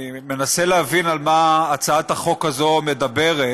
אני מנסה להבין על מה הצעת החוק הזאת מדברת.